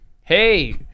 hey